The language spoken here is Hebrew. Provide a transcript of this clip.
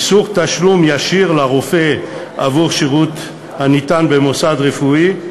איסור תשלום ישיר לרופא עבור שירות הניתן במוסד רפואי,